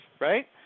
right